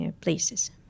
places